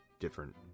different